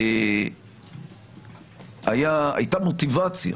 שהייתה מוטיבציה